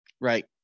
right